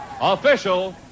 official